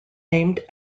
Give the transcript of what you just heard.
named